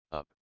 up